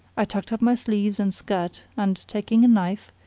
i tucked up my sleeves and skirt and, taking a knife,